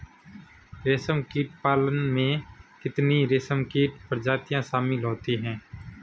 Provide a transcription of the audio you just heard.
रेशमकीट पालन में कितनी रेशमकीट प्रजातियां शामिल होती हैं?